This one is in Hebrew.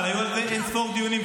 היו על זה אין-ספור דיונים,